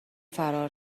فرار